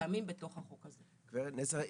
קיימים בתוך החוק הזה --- גב' נזר,